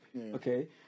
Okay